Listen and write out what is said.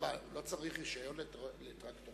לא צריך רשיון לטרקטורון?